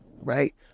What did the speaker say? right